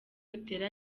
utera